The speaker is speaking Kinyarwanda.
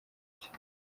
bye